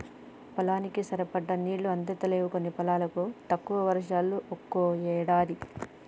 పొలానికి సరిపడా నీళ్లు అందుతలేవు కొన్ని పొలాలకు, తక్కువ వర్షాలు ఒక్కో ఏడాది